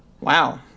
Wow